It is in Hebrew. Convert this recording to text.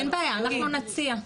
אין בעיה, אנחנו נציע.